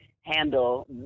handle